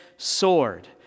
sword